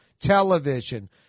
television